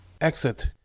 Exit